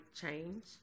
change